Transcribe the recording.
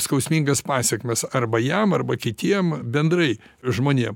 skausmingas pasekmes arba jam arba kitiem bendrai žmonėm